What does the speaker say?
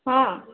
ହଁ